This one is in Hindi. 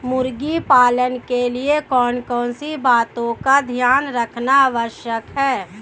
मुर्गी पालन के लिए कौन कौन सी बातों का ध्यान रखना आवश्यक है?